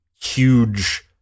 huge